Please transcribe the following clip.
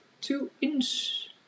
two-inch